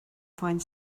find